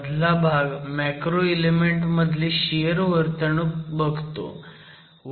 मधला भाग macro element मधली शियर वर्तणूक बघतो